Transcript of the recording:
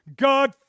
God